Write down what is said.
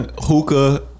hookah